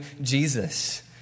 Jesus